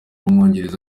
w’umwongereza